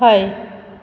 हय